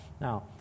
Now